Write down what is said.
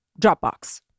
Dropbox